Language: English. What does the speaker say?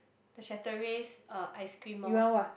the Chateriase uh ice cream orh